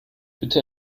bitte